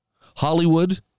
Hollywood